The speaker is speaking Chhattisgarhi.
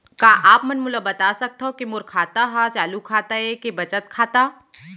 का आप मन मोला बता सकथव के मोर खाता ह चालू खाता ये के बचत खाता?